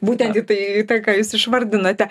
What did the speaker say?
būtent į tai į tą ką jūs išvardinote